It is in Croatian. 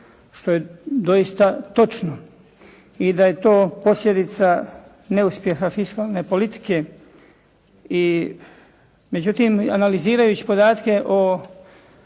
što je doista točno i da je to posljedica neuspjeha fiskalne politike. Međutim analizirajući podatke o